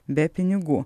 be pinigų